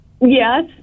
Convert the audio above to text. Yes